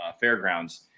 fairgrounds